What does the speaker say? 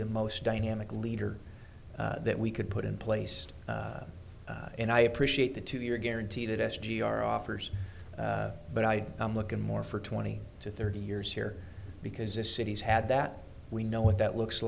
the most dynamic leader that we could put in place and i appreciate the two year guarantee that s g r offers but i am looking more for twenty to thirty years here because this city's had that we know what that looks